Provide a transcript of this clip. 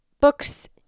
books